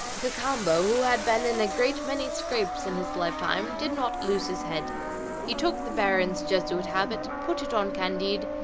cacambo, who had been in a great many scrapes in his lifetime, did not lose his head he took the baron's jesuit habit, put it on candide,